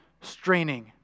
straining